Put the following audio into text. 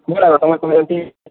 ନାଇଁ ହେନ୍ତି